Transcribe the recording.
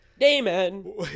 Damon